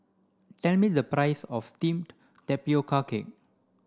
me the price of teamed tapioca cake